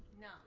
No